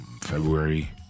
February